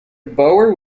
bauer